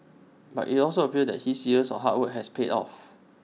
but IT also appears that his years of hard work has paid off